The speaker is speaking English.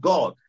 God